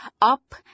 up